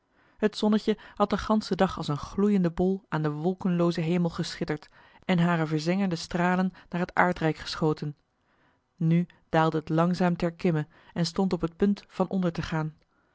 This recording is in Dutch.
het zonnetje had den ganschen dag als een gloeiende bol aan den wolkenloozen hemel geschitterd en hare verzengende stralen naar het aardrijk geschoten nu daalde het langzaam ter kimme en stond op het punt van onder te gaan